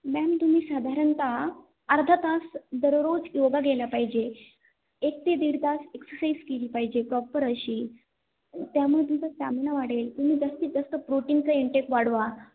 ma'am तुम्ही साधारणतः अर्धा तास दररोज योगा गेला पाहिजे एक ते दीड तास एक्सरसाईज केली पाहिजे प्रॉपर अशी त्यामुळे तुमचा स्टॅमिना वाढेल तुम्ही जास्तीत जास्त प्रोटीनचा इनटेक वाढवा